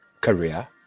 career